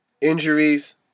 Injuries